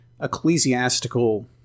ecclesiastical